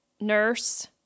Nurse